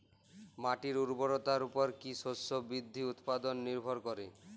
মাটির উর্বরতার উপর কী শস্য বৃদ্ধির অনুপাত নির্ভর করে?